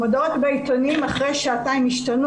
המודעות בעיתונים אחרי שעתיים השתנו